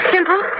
Simple